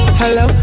hello